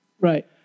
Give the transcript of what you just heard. Right